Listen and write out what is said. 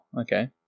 Okay